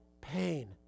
pain